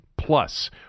Plus